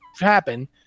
happen